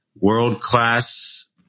world-class